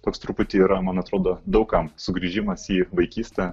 toks truputį yra man atrodo daug kam sugrįžimas į vaikystę